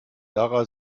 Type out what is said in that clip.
lara